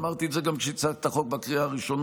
אמרתי את זה גם כשהצגתי את החוק בקריאה הראשונה.